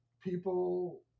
people